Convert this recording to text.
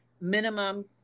minimum